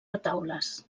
retaules